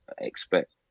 expect